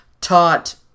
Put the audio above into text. taught